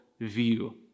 view